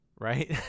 right